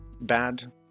bad